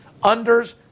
unders